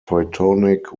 teutonic